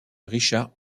richard